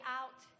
out